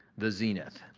the zenith,